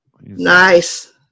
Nice